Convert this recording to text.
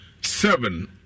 Seven